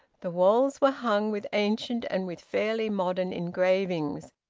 the walls were hung with ancient and with fairly modern engravings,